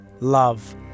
love